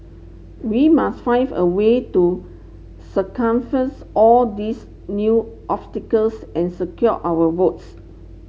we must find a way to circumvents all these new obstacles and secure our votes